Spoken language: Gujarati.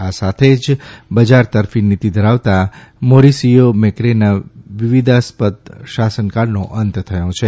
આ સાથે જ બજાર તરફી નીતિ ધરાવતા મોરીસીઓ મેક્રીના વિવિદાસ્પદ શાસનકાળનો અંત થયો છે